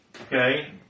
Okay